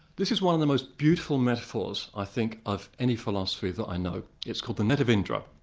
this is one of the most beautiful metaphors i think of any philosophy that i know. it's called the net of indra,